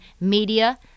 Media